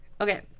Okay